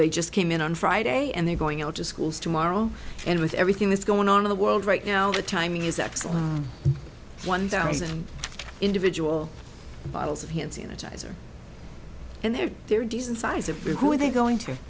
they just came in on friday and they are going out to schools tomorrow and with everything that's going on in the world right now the timing is excellent one thousand individual bottles of hand sanitizer and there they are decent size of who are they goin